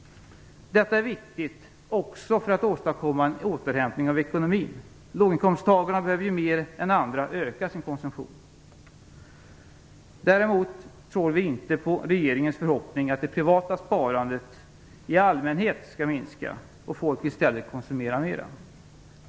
Detta är viktigt också för att åstadkomma en återhämtning av ekonomin. Låginkomsttagarna behöver ju mer än andra öka sin konsumtion. Däremot tror vi inte på regeringens förhoppning att det privata sparandet i allmänhet skall minska och folk i stället skall konsumera mera.